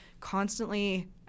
constantly